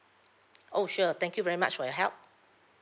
oh sure thank you very much for your help